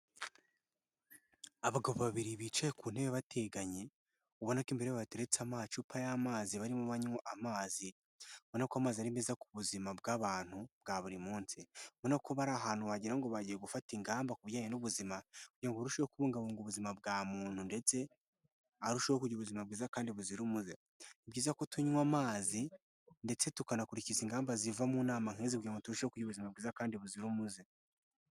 Abagabo babiri bicaye ku ntebe bateganye, ubona ko imbere yabo hateretse amacupa y'amazi barimo banywa amazi, ubona ko amazi ari meza ku buzima bw'abantu bwa buri munsi, ubona ko bari ahantu wagira ngo bagiye gufata ingamba ku bijyanye n'ubuzima kugira ngo barusheho kubungabunga ubuzima bwa muntu ndetse arusheho kugira ubuzima bwiza kandi buzira umuze. Ni byiza ku tunywa amazi ndetse tukanakurikiza ingamba ziva mu nama nk'izi kugira ngo turushe kugira ubuzima bwiza kandi buzira umuze.